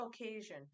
occasion